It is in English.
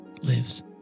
lives